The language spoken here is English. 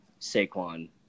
Saquon